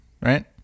right